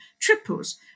triples